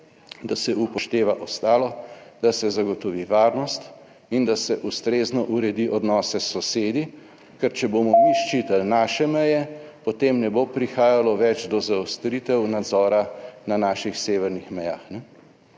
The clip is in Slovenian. da se upošteva ostalo, da se zagotovi varnost in da se ustrezno uredi odnose s sosedi, ker če bomo mi ščitili naše meje, potem ne bo prihajalo več do zaostritev nadzora na naših severnih mejah.